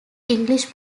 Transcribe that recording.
english